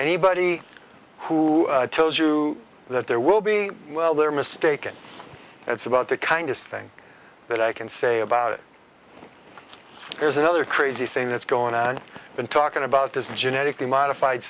anybody who tells you that there will be well they're mistaken that's about the kindest thing that i can say about it there's another crazy thing that's going to have been talking about this genetically modified